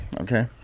Okay